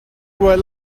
were